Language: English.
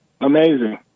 Amazing